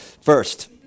First